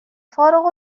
فارغ